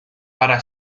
para